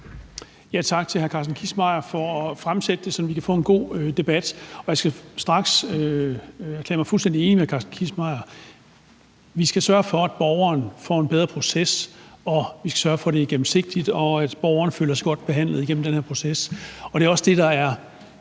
Tak til hr. Carsten Kissmeyer for at fremsætte beslutningsforslaget, så vi kan få en god debat. Og jeg skal straks erklære mig fuldstændig enig med hr. Carsten Kissmeyer. Vi skal sørge for, at borgeren får en bedre proces, og vi skal sørge for, at det er gennemsigtigt, og at borgeren føler sig godt behandlet igennem den her proces. Og det dækker også fuldt ud